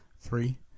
three